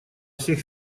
всех